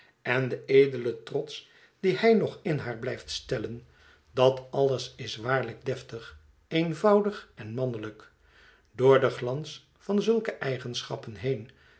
en de edele trots dien hij nog in haar blijft stellen dat alles is waarlijk deftig eenvoudig en mannelijk door den glans van zulke eigenschappen heen